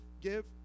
Give